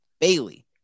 Bailey